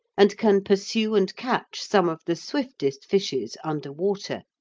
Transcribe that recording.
and can pursue and catch some of the swiftest fishes under water.